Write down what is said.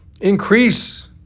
increase